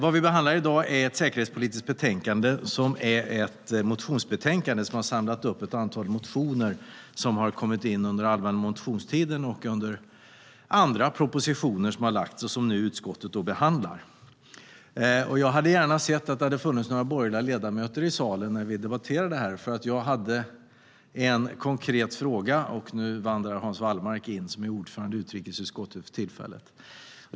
Det vi behandlar i dag är ett säkerhetspolitiskt betänkande som är ett motionsbetänkande som har samlat upp ett antal motioner som har kommit in under allmänna motionstiden och under andra propositioner som har lagts fram och som utskottet nu behandlar. Jag hade gärna sett att det hade funnits några borgerliga ledamöter i salen när vi debatterar det här, för jag hade en konkret fråga. Nu vandrar Hans Wallmark, som är ordförande i utrikesutskottet för tillfället, in.